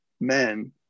men